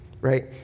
Right